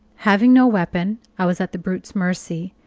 having no weapon, i was at the brute's mercy,